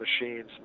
machines